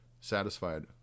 satisfied